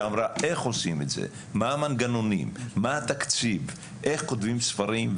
שאמרה איך עושים את זה; מהם המנגנונים; מהו התקציב; איך כותבים ספרים,